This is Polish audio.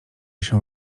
się